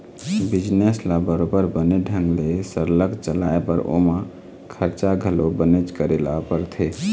business ल बरोबर बने ढंग ले सरलग चलाय बर ओमा खरचा घलो बनेच करे ल परथे